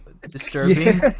disturbing